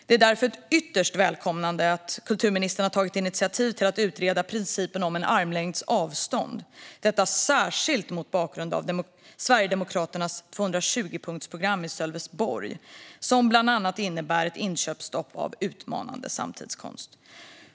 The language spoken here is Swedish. Det är därför ytterst välkommet att kulturministern har tagit initiativ till att utreda principen om armlängds avstånd, detta särskilt mot bakgrund av Sverigedemokraternas 220-punktsprogram i Sölvesborg som bland annat innebär ett inköpsstopp för utmanande samtidskonst.